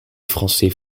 français